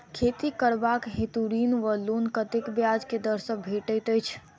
खेती करबाक हेतु ऋण वा लोन कतेक ब्याज केँ दर सँ भेटैत अछि?